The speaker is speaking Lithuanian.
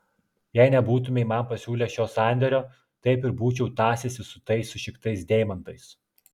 jei nebūtumei man pasiūlęs šio sandėrio taip ir būčiau tąsęsis su tais sušiktais deimantais